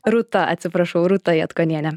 rūta atsiprašau rūta jatkonienė